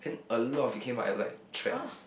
then a lot of it came out as like threats